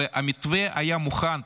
המתווה היה מוכן,